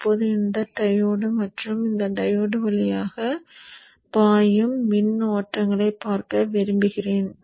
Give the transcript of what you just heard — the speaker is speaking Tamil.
இப்போது இந்த டையோடு மற்றும் இந்த டையோடு வழியாக பாயும் மின் ஓட்டங்களை பார்க்க விரும்புகிறேன்